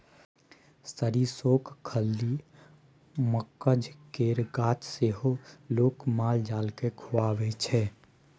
सरिसोक खल्ली, मकझ केर गाछ सेहो लोक माल जाल केँ खुआबै छै